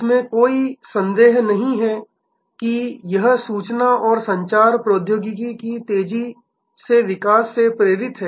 इसमें कोई संदेह नहीं है कि यह सूचना और संचार प्रौद्योगिकी के तेजी से विकास से प्रेरित है